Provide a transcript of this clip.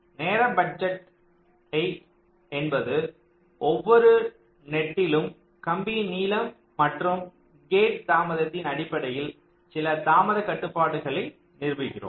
நேர பட்ஜெட்டை என்பது ஒவ்வொரு நெட்டிலும் கம்பியின் நீளம் மற்றும் கேட் தாமதத்தின் அடிப்படையில் சில தாமதக் கட்டுப்பாடுகளை நிறுவுகிறோம்